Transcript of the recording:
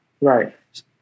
Right